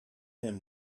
him